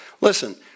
Listen